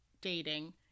dating